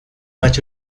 vaig